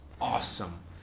awesome